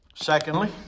Secondly